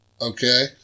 Okay